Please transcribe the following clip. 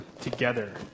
together